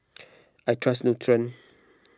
I trust Nutren